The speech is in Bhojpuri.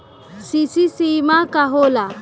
सी.सी सीमा का होला?